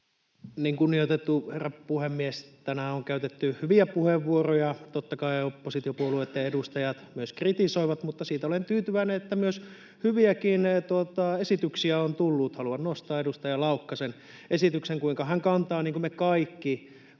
Kunnioitettu herra puhemies! Tänään on käytetty hyviä puheenvuoroja. Totta kai oppositiopuolueitten edustajat myös kritisoivat, mutta siitä olen tyytyväinen, että myös hyviäkin esityksiä on tullut. Haluan nostaa edustaja Laukkasen esityksen, jossa hän kantaa — niin kuin me kaikki